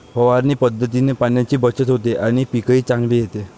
फवारणी पद्धतीने पाण्याची बचत होते आणि पीकही चांगले येते